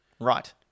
Right